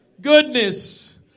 goodness